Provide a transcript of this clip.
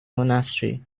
monastery